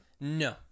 No